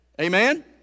Amen